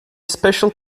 special